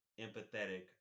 empathetic